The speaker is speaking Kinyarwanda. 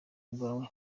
bwawe